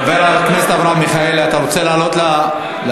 חבר הכנסת אברהם מיכאלי, אתה רוצה לעלות להשיב?